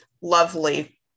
lovely